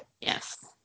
yes